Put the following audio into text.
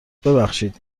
ببخشید